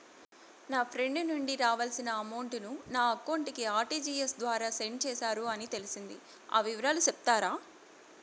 నా ఫ్రెండ్ నుండి రావాల్సిన అమౌంట్ ను నా అకౌంట్ కు ఆర్టిజియస్ ద్వారా సెండ్ చేశారు అని తెలిసింది, ఆ వివరాలు సెప్తారా?